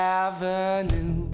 avenue